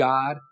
God